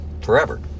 forever